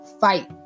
fight